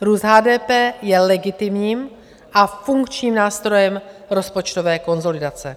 Růst HDP je legitimním a funkčním nástrojem rozpočtové konsolidace.